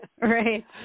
Right